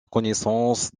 connaissance